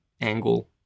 angle